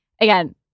again